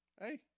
hey